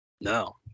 No